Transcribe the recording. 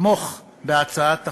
לתמוך בהצעת החוק.